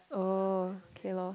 oh okay lor